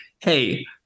hey